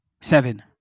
seven